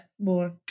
more